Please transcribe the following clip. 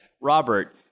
Robert